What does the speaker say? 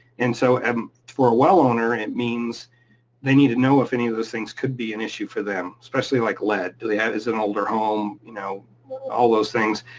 and so um for a well owner, it means they need to know if any of those things could be an issue for them, especially like led, do they have. is it an older home? you know all those things.